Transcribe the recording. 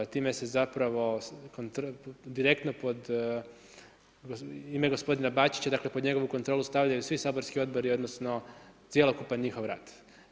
Time se zapravo direktno ime gospodina Bačića dakle pod njegovu kontrolu stavljaju svi saborski odbori odnosno cjelokupan njihov rad.